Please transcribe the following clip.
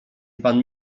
pan